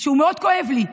והוא מאוד כואב לי.